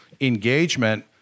engagement